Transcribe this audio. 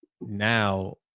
now